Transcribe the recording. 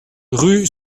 rue